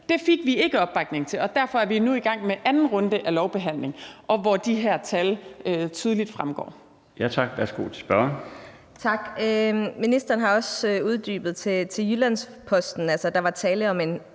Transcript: Det fik vi ikke opbakning til, og derfor er vi nu i gang med anden runde af lovbehandlingen, hvor de her tal tydeligt fremgår.